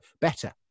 better